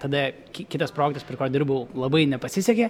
tada ki kitas projektas prie ko dirbau labai nepasisekė